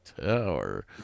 tower